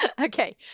Okay